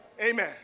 Amen